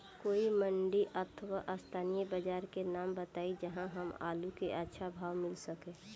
कोई मंडी अथवा स्थानीय बाजार के नाम बताई जहां हमर आलू के अच्छा भाव मिल सके?